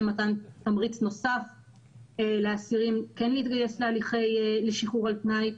מתן תמריץ נוסף לאסירים כן להתגייס להליכי שחרור על תנאי.